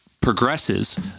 progresses